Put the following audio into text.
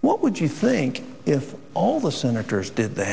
what would you think if all the senators did the